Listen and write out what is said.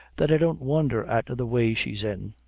that i don't wondher at the way she's in.